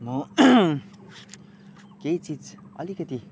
म केही चिज अलिकति